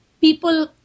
people